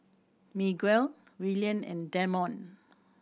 Miguel Willian and Damond